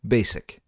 Basic